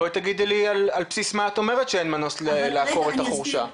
בואי תגידי לי על מה את אומרת שאין מנוס לעקור את החורשה.